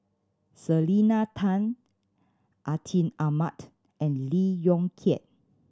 Selena Tan Atin Amat and Lee Yong Kiat